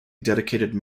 dedicated